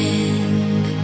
end